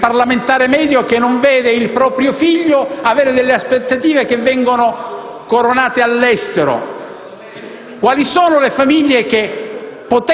il parlamentare medio che non vede il proprio figlio avere aspettative che vengono coronate all'estero? Perché le famiglie